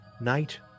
Night